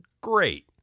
great